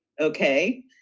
okay